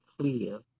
clear